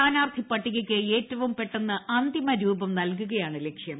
സ്ഥാനാർത്ഥി പട്ടികയ്ക്ക് ഏറ്റവും പെട്ടെന്ന് അന്തിമരൂപം നൽകുകയാണ് ലക്ഷ്യം